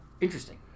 Interesting